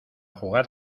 jugar